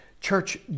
Church